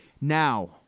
Now